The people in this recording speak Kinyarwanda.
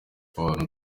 abantu